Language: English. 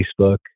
Facebook